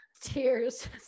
Tears